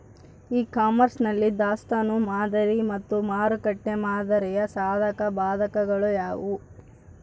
E commerce ನಲ್ಲಿ ದಾಸ್ತನು ಮಾದರಿ ಮತ್ತು ಮಾರುಕಟ್ಟೆ ಮಾದರಿಯ ಸಾಧಕಬಾಧಕಗಳು ಯಾವುವು?